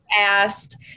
asked